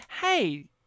hey